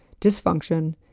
dysfunction